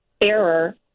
error